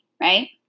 right